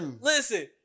Listen